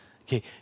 Okay